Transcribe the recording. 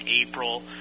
April